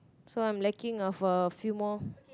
so I'm lacking of a few more